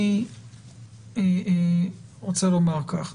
אני רוצה לומר כך,